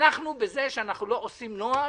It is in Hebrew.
בזה שאנחנו לא עושים נוהל,